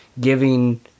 giving